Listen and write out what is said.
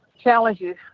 challenges